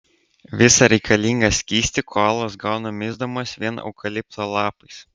visą reikalingą skystį koalos gauna misdamos vien eukalipto lapais